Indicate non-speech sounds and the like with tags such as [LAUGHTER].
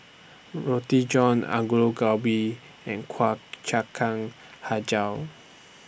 Roti John [UNINTELLIGIBLE] Gobi and Kuih [UNINTELLIGIBLE] Hijau